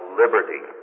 liberty